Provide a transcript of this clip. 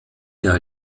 der